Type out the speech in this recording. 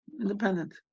independent